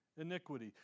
iniquity